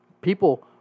People